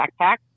backpack